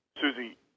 Susie